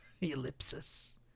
Ellipsis